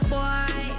Boy